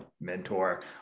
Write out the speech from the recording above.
mentor